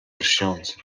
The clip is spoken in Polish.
lśniące